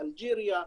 אלג'יריה,